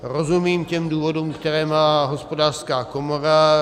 Rozumím důvodům, které má Hospodářská komora.